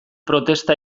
protesta